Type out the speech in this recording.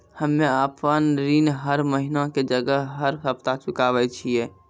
हम्मे आपन ऋण हर महीना के जगह हर सप्ताह चुकाबै छिये